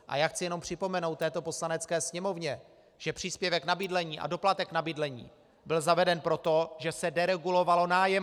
A já chci jenom připomenout této Poslanecké sněmovně, že příspěvek na bydlení a doplatek na bydlení byl zaveden proto, že se deregulovalo nájemné.